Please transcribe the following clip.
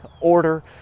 order